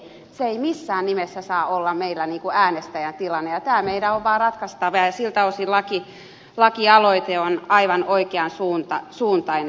se ei missään nimessä saa olla meillä äänestäjän tilanne ja tämä meidän on vaan ratkaistava ja siltä osin lakialoite on aivan oikean suuntainen